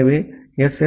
எனவே எஸ்